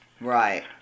Right